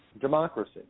democracy